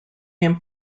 him